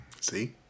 See